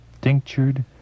tinctured